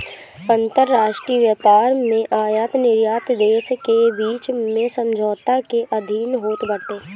अंतरराष्ट्रीय व्यापार में आयत निर्यात देस के बीच में समझौता के अधीन होत बाटे